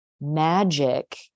magic